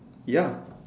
ya